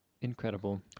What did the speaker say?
incredible